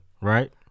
Right